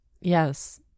Yes